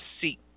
seat